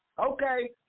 okay